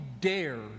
dare